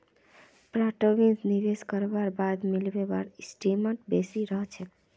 प्रॉपर्टीत निवेश करवार बाद मिलने वाला रीटर्न बेसी रह छेक